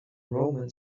roman